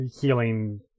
healing